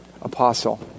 apostle